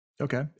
Okay